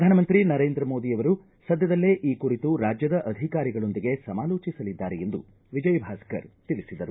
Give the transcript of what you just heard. ಪ್ರಧಾನಮಂತ್ರಿ ನರೇಂದ್ರ ಮೋದಿಯವರು ಸದ್ಯದಲ್ಲೇ ಈ ಕುರಿತು ರಾಜ್ಯದ ಅಧಿಕಾರಿಗಳೊಂದಿಗೆ ಸಮಾಲೋಚಿಸಲಿದ್ದಾರೆ ಎಂದು ವಿಜಯ್ ಭಾಸ್ಕರ್ ತಿಳಿಸಿದರು